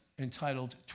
entitled